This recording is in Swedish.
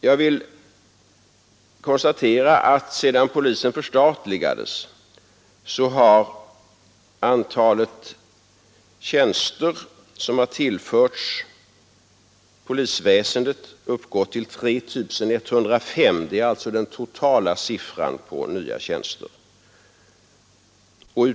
Jag vill konstatera att sedan polisen förstatligades har antalet tjänster som tillförts polisväsendet uppgått till 3 105. Det är det totala antalet nya tjänster.